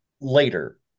later